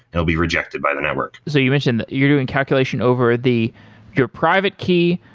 it will be rejected by the network so you mentioned that you're doing calculation over the your private key,